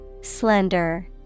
Slender